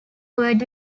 word